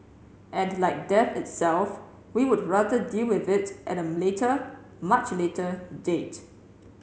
and like death itself we would rather deal with it at a later much later date